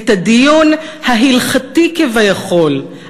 את הדיון ההלכתי כביכול,